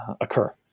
occur